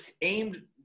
aimed